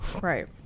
right